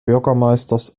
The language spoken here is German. bürgermeisters